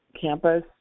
campus